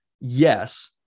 yes